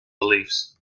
beliefs